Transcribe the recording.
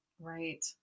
Right